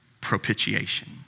propitiation